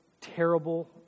terrible